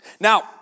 Now